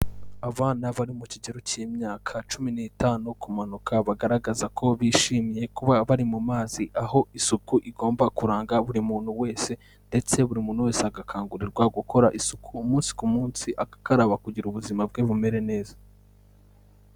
Abana bari mu kigero cy'imyaka cumi n'itanu kumanuka bagaragaza ko bishimiye kuba bari mu mazi, aho isuku igomba kuranga buri muntu wese ndetse buri muntu wese agakangurirwa gukora isuku umunsi ku munsi agakaraba kugira ubuzima bwe bumere neza.